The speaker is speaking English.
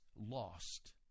lost